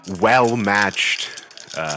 well-matched